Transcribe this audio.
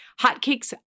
Hotcakes